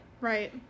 Right